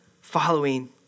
following